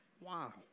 Wow